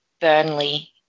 Burnley